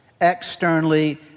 externally